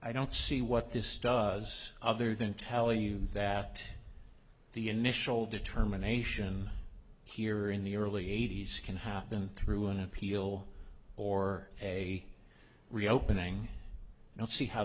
i don't see what this does other than tell you that the initial determination here in the early eighty's can happen through an appeal or a reopening now see how